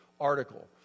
article